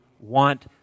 want